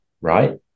right